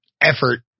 effort